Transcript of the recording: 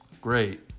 Great